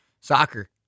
Soccer